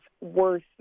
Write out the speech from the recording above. worth